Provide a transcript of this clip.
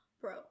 bro